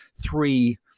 three